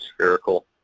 spherical